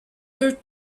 deux